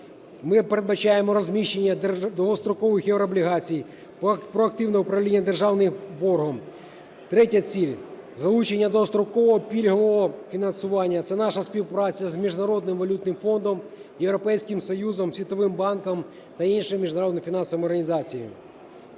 Ми передбачаємо розміщення довгострокових єврооблігацій, проактивне управління державним боргом. Третя ціль. Залучення довгострокового пільгового фінансування. Це наша співпраця з Міжнародним валютним фондом, Європейським Союзом, Світовим банком та іншими міжнародно-фінансовими організаціями.